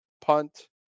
punt